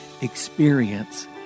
experience